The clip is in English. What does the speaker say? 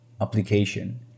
application